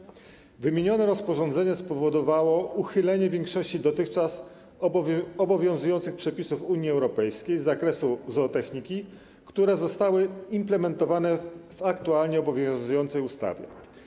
Wejście w życie wymienionego rozporządzenia spowodowało uchylenie większości dotychczas obowiązujących przepisów Unii Europejskiej z zakresu zootechniki, które zostały implementowane w aktualnie obowiązującej ustawie.